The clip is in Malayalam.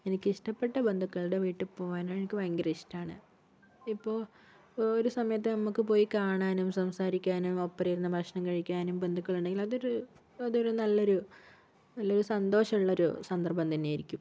എനിക്കിഷ്ടപ്പെട്ട ബന്ധുക്കളുടെ വീട്ടിൽ പോകാനാ എനിക്ക് ഭയങ്കര ഇഷ്ടമാണ് ഇപ്പോൾ ഒരു സമയത്ത് ഞമ്മൾക്ക് പോയി കാണാനും സംസാരിക്കാനും ഒപ്പരമിരുന്ന് ഭക്ഷണം കഴിക്കാനും ബന്ധുക്കളുണ്ടെങ്കിൽ അതൊരു അതൊരു നല്ലൊരു നല്ലൊരു സന്തോഷം ഉള്ളൊരു സന്ദർഭം തന്നെയായിരിക്കും